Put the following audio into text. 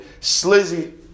Slizzy